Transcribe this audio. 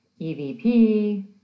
EVP